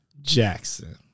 Jackson